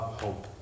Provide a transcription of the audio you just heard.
hope